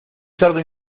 cerdo